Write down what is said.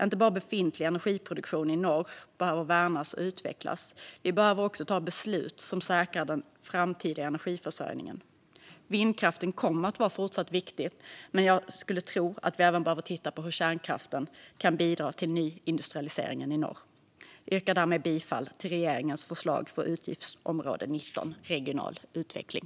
Inte bara befintlig energiproduktion i norr behöver värnas och utvecklas, utan vi behöver även ta beslut som säkrar den framtida energiförsörjningen. Vindkraften kommer att fortsätta vara viktig men jag skulle tro att vi även behöver titta på hur kärnkraften kan bidra till nyindustrialiseringen i norr. Jag yrkar därmed bifall till regeringens förslag för utgiftsområde 19 som gäller regional utveckling.